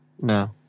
no